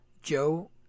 Joe